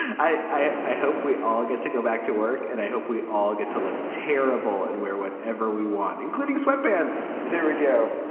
i i hope we all get to go back to work. and i hope we all get to look terrible at wear whatever we want, including sweat pants. there we go.